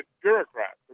bureaucrats